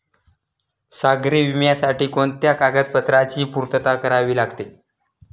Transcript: सागरी विम्यासाठी कोणत्या कागदपत्रांची पूर्तता करावी लागते?